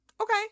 Okay